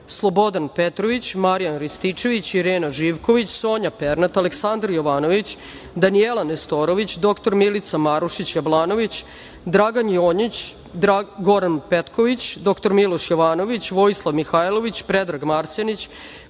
Slobodan Petrović, Marijan Rističević, Irena Živković, Sonja Pernat, Aleksandar Jovanović, Danijela Nestorović, dr Milica Marušić Jablanović, Dragan Jonjić, Goran Petković, dr Miloš Jovanović, Vojislav Mihailović, Predrag Marsenić,